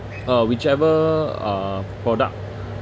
uh whichever uh product